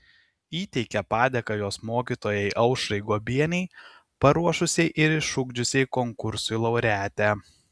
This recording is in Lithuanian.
įteikė padėką jos mokytojai aušrai guobienei paruošusiai ir išugdžiusiai konkursui laureatę